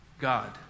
God